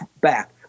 back